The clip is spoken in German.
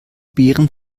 beeren